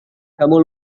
kamu